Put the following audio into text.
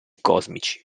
cosmici